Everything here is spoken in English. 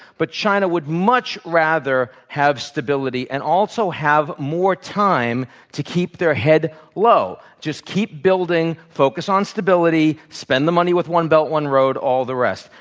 but china would much rather have stability and also have more time to keep their head low, just keep building, focus on stability, spend the money with one belt, one road, road, all the rest.